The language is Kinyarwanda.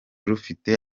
rufite